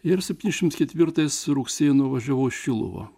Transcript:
ir septyniasdešims ketvirtais rugsėjo nuvažiavau į šiluvą